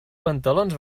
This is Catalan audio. pantalons